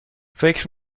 فکر